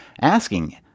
asking